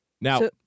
Now-